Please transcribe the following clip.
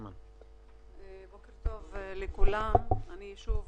אני שוב